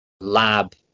lab